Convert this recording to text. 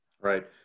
Right